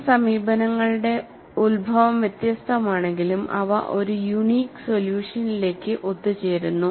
ഈ സമീപനങ്ങളുടെ ഉത്ഭവം വ്യത്യസ്തമാണെങ്കിലും അവ ഒരു യൂണിക് സൊല്യൂഷനിലേക്ക് ഒത്തുചേരുന്നു